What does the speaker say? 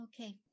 Okay